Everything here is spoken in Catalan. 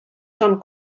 són